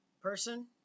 person